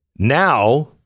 Now